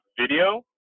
video